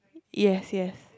yes yes